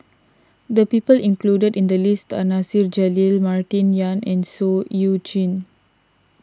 the people included in the list are Nasir Jalil Martin Yan and Seah Eu Chin